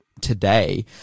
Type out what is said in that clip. today